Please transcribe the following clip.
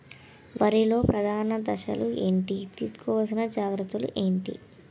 వరిలో ప్రధాన దశలు ఏంటి? తీసుకోవాల్సిన జాగ్రత్తలు ఏంటి?